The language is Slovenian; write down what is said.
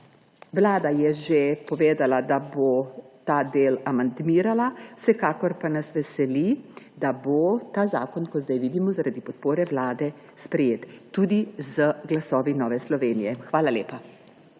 Vlada je že povedala, da bo ta del amandmirala, vsekakor pa nas veseli, da bo ta zakon, kot zdaj vidimo, zaradi podpore Vlade sprejet – tudi z glasovi Nove Slovenije. Hvala lepa.